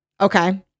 Okay